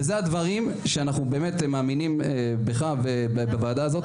ואלה הדברים שאנחנו באמת מאמינים בך ובוועדה הזאת,